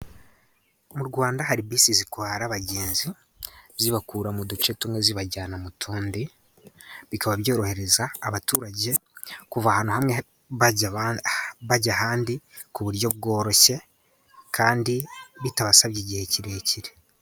Mu Rwanda hari bisi zitwara abagenzi, zibakura mu duce tumwe zibajyana mu tundi. Bikaba byorohereza abaturage kuva ahantu hamwe bajya ahandi ku buryo bworoshye, kandi bitabasabye igihe kirekire.